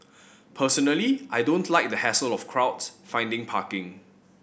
personally I don't like the hassle of crowds finding parking